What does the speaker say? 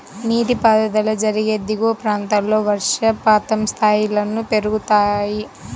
నీటిపారుదల జరిగే దిగువ ప్రాంతాల్లో వర్షపాతం స్థాయిలను పెరుగుతాయి